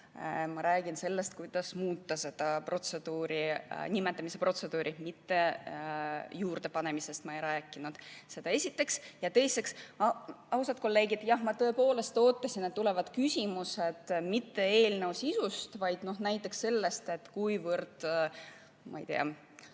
Ma räägin sellest, kuidas muuta seda nimetamise protseduuri, mitte juurdepanemisest ma ei rääkinud. Seda esiteks. Teiseks, austatud kolleegid, jah, ma tõepoolest ootasin, et tulevad küsimused mitte eelnõu sisu, vaid näiteks selle kohta, ma ei tea,